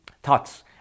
Thoughts